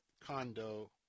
condo